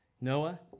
Noah